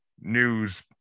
news